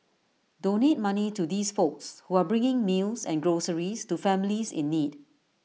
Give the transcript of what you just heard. donate money to these folks who are bringing meals and groceries to families in need